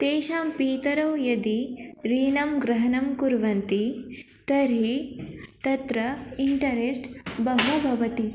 तेषां पितरौ यदि ऋणं ग्रहणं कुर्वन्ति तर्हि तत्र इण्टरेष्ट् बहु भवति